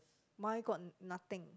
my got nothing